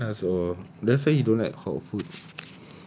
makanan panas oh that's why he don't like hot food